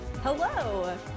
Hello